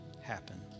happen